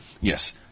Yes